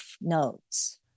notes